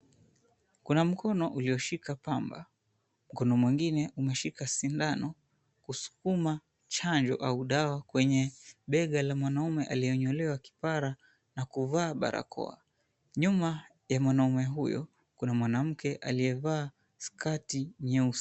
Kuna mkono ulioshika pamba, mkono mwingine umeshika sindano, kusukuma chanjo au dawa kwenye bega la mwanamume aliyenyolewa kipara na kuvaa barakoa. Nyuma ya mwanamume huyo, kuna mwanamke aliyevaa sketi nyeusi.